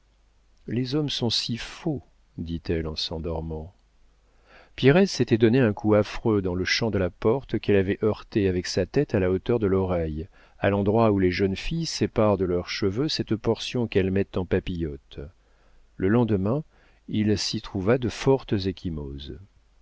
les hommes sont si faux dit-elle en s'endormant pierrette s'était donné un coup affreux dans le champ de la porte qu'elle avait heurtée avec sa tête à la hauteur de l'oreille à l'endroit où les jeunes filles séparent de leurs cheveux cette portion qu'elles mettent en papillotes le lendemain il s'y trouva de fortes